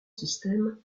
systems